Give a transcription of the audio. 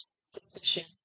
sufficient